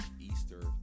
Easter